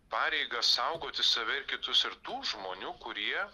pareigą saugoti save ir kitus ir tų žmonių kurie